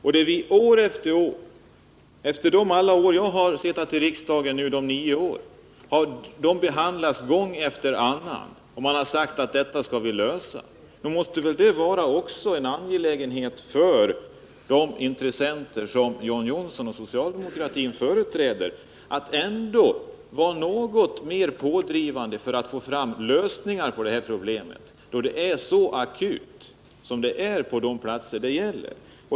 Under de nio år jag har suttit med i riksdagen har den frågan gång efter annan behandlats, och vi har sagt att detta problem måste lösas. Nog måste det väl vara angeläget också för de intressenter som socialdemokratin och John Johnsson företräder att socialdemokraterna i dessa sammanhang är något mer pådrivande för att få fram lösningar på det här problemet, som är så akut på de platser det gäller.